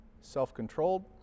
self-controlled